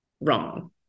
wrong